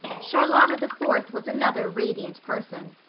charlotta the fourth was another radiant person.